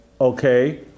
okay